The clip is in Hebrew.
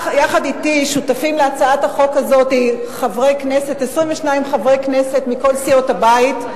יחד אתי שותפים להצעת החוק הזאת 22 חברי כנסת מכל סיעות הבית,